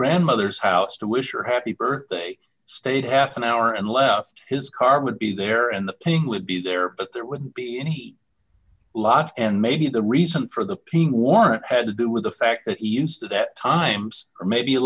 grandmother's house to wish or happy birthday stayed half an hour and left his car would be there and the king would be there but there wouldn't be any lot and maybe the reason for the pink warrant had to do with the fact that he insisted at times or maybe